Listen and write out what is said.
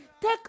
Take